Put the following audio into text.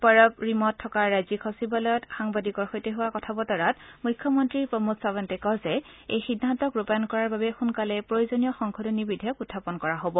পৰৱৰিমত থকা ৰাজ্যিক সচিবালয়ত সাংবাদিকৰ সৈতে হোৱা কথাবতৰাত মুখ্যমন্ত্ৰী প্ৰমোদ চাৰন্তে কয় যে এই সিদ্ধান্তক ৰূপায়ন কৰাৰ বাবে সোনকালে প্ৰয়োজনীয় সংশোধনী বিধেয়ক উখাপন কৰা হ'ব